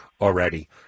already